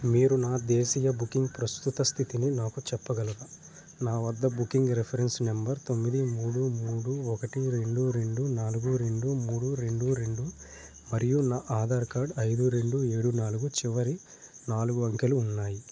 మీరు నా దేశీయ బుకింగ్ ప్రస్తుత స్థితిని నాకు చెప్పగలరా నా వద్ద బుకింగ్ రిఫరెన్స్ నంబర్ తొమ్మిది మూడు మూడు ఒకటి రెండు రెండు నాలుగు రెండు మూడు రెండు రెండు మరియు నా ఆధార్ కార్డ్ ఐదు రెండు ఏడు నాలుగు చివరి నాలుగు అంకెలు ఉన్నాయి